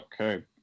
Okay